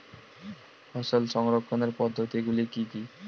ফসল সংরক্ষণের পদ্ধতিগুলি কি কি?